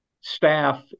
staff